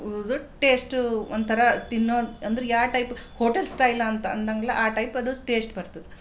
ಇವಾಗ ಟೇಸ್ಟು ಒಂಥರ ತಿನ್ನೋ ಅನ್ ಅಂದರೆ ಯಾವ ಟೈಪ್ ಹೋಟೆಲ್ ಸ್ಟೈಲಾ ಅಂತ ಅಂದಂಗ್ಲ ಆ ಟೈಪ್ ಅದು ಟೇಸ್ಟ್ ಬರ್ತದೆ